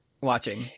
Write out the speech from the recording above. watching